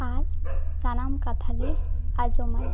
ᱟᱨ ᱥᱟᱱᱟᱢ ᱠᱟᱛᱷᱟ ᱜᱮᱭ ᱟᱡᱚᱢᱟ